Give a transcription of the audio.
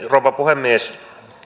rouva puhemies